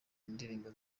indirimbo